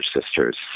sisters